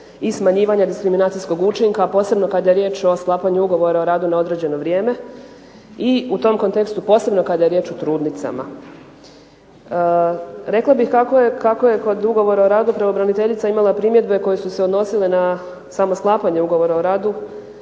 i smanjivanja diskriminacijskog učinka, posebno kada je riječ o sklapanju ugovora o radu na određeno vrijeme i u tom kontekstu posebno kada je riječ o trudnicama. Rekla bih kako je kod ugovora o radu pravobraniteljica imala primjedbe koje su se odnosile na samo sklapanje ugovora o radu